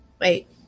Wait